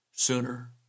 sooner